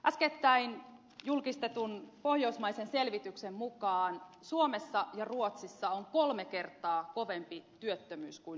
äskettäin julkistetun pohjoismaisen selvityksen mukaan suomessa ja ruotsissa on kolme kertaa kovempi työttömyys kuin norjassa